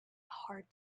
hard